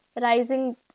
rising